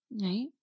Right